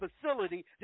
facility